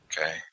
okay